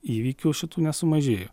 įvykių šitų nesumažėja